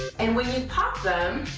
and when you pop them,